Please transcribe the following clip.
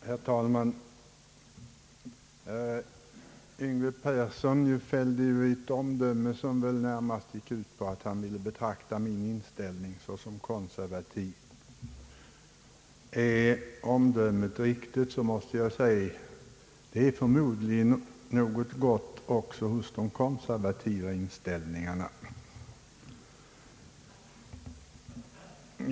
Herr talman! Herr Yngve Persson fällde ett omdöme som väl närmast gick ut på att han ville betrakta min inställning som konservativ. Är det omdömet riktigt, måste jag säga att det förmodligen finns något gott också hos de konservativa inställningarna.